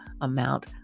amount